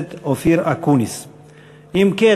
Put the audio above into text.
מכן,